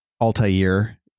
altair